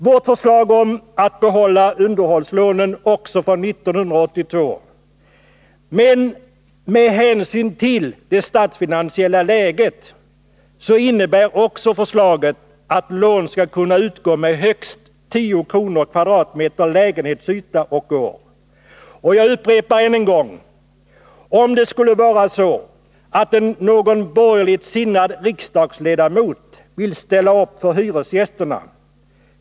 Vårt förslag är att behålla underhållslånen också för 1982, men med hänsyn till det statsfinansiella läget innebär förslaget också att lån skall kunna Nr 29 utgå med högst 10 kronor per kvadratmeter lägenhetsyta och år. Jag upprepar min fråga: Finns det någon borgerligt sinnad riksdagsledamot som vill ställa upp för hyresgästerna?